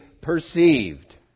perceived